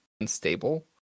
unstable